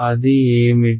అది ఏమిటి